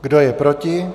Kdo je proti?